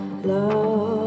love